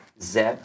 zeb